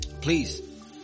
Please